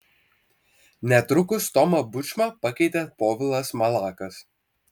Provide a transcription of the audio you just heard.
netrukus tomą bučmą pakeitė povilas malakas